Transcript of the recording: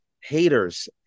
haters